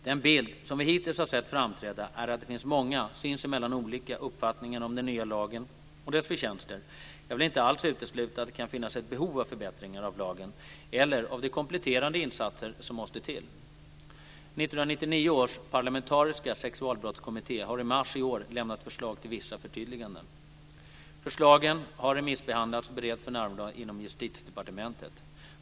Den bild som vi hittills har sett framträda är att det finns många, sinsemellan olika, uppfattningar om den nya lagen och dess förtjänster. Jag vill inte alls utesluta att det kan finnas ett behov av förbättringar - av lagen eller av de kompletterande insatser som måste till. 1998 års parlamentariska sexualbrottskommitté har i mars i år lämnat förslag till vissa förtydliganden. Förslagen har remissbehandlats och bereds för närvarande inom Justitiedepartementet.